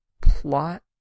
plot